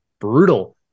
brutal